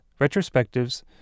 retrospectives